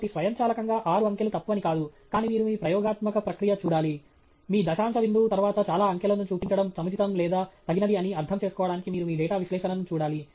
కాబట్టి స్వయంచాలకంగా ఆరు అంకెలు తప్పు అని కాదు కానీ మీరు మీ ప్రయోగాత్మక ప్రక్రియను చూడాలి మీ దశాంశ బిందువు తర్వాత చాలా అంకెలను చూపించడం సముచితం లేదా తగనిది అని అర్థం చేసుకోవడానికి మీరు మీ డేటా విశ్లేషణను చూడాలి